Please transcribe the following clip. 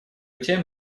тем